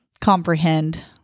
comprehend